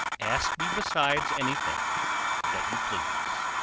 ask me besides anything that you please.